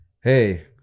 hey